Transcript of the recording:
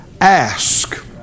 Ask